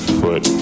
foot